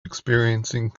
experiencing